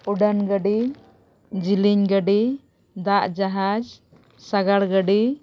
ᱩᱰᱟᱹᱱ ᱜᱟᱹᱰᱤ ᱡᱤᱞᱤᱧ ᱜᱟᱹᱰᱤ ᱫᱟᱜ ᱡᱟᱦᱟᱡᱽ ᱥᱟᱜᱟᱲ ᱜᱟᱹᱰᱤ